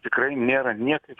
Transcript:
tikrai nėra niekaip